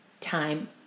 time